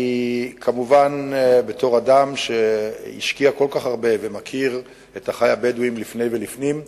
בתור אדם שהשקיע כל כך הרבה ומכיר את אחי הבדואים לפני ולפנים,